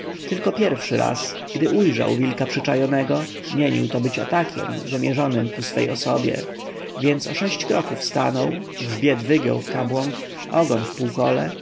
tyko pierwszy raz gdy ujrzał wilka przyczajonego mienił to być atakiem wymierzonym ku swej osobie więc o sześć kroków stanął grzbiet wygiął w kabłąk ogon w półkole